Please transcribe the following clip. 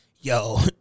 Yo